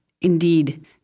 Indeed